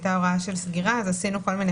הייתה הוראה של סגירה ועשינו כל מיני